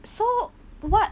so what